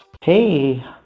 Hey